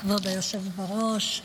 כבוד היושב בראש,